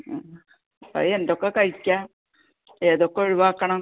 ആ അത് എന്തൊക്കെ കഴിക്കാം ഏതൊക്കെ ഒഴിവാക്കണം